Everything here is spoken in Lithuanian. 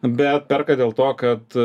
bet perka dėl to kad